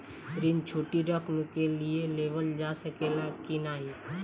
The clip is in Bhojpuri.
ऋण छोटी रकम के लिए लेवल जा सकेला की नाहीं?